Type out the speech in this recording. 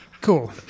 cool